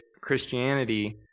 Christianity